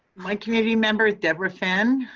my community members, debra fenn.